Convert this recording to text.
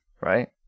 right